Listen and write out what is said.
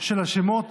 של השמות